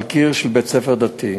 על קיר של בית-ספר דתי.